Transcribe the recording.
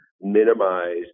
minimize